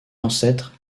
ancêtre